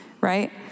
right